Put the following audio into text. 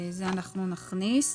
זה אנחנו נכניס.